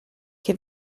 che